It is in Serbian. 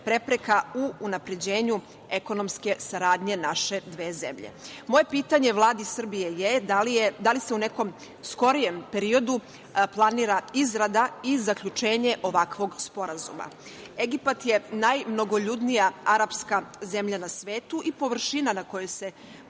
prepreka u unapređenju ekonomske saradnje naše dve zemlje. Moje pitanje Vladi Srbije je – da li se u nekom skorijem periodu planira izrada i zaključenje ovakvog sporazuma? Egipat je najmnogoljudnija arapska zemlja na svetu i površina na kojoj se